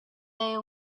they